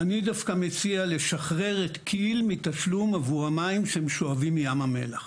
אני דווקא מציע לשחרר את כי"ל מתשלום עבור המים שהם שואבים מים המלח.